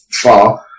far